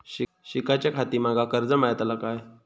शिकाच्याखाती माका कर्ज मेलतळा काय?